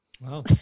Wow